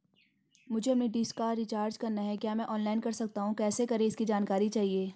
मुझे अपनी डिश का रिचार्ज करना है क्या मैं ऑनलाइन कर सकता हूँ कैसे करें इसकी जानकारी चाहिए?